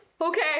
Okay